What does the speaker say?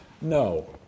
No